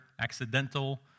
accidental